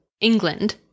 England